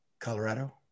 Colorado